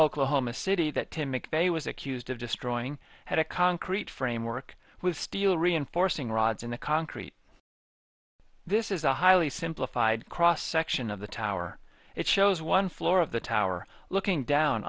oklahoma city that tim mcveigh was accused of destroying had a concrete framework with steel reinforcing rods in the concrete this is a highly simplified cross section of the tower it shows one floor of the tower looking down